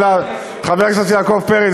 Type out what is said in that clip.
חבר הכנסת יעקב פרי,